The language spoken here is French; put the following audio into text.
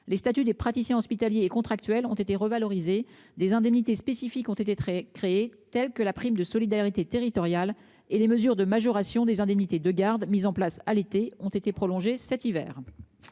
les statuts des praticiens hospitaliers et contractuels ont été revalorisés des indemnités spécifiques ont été très créé telles que la prime de solidarité territoriale et les mesures de majoration des indemnités de garde mise en place à l'été, ont été prolongées cet hiver.